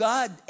God